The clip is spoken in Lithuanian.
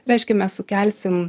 reiškia mes sukelsim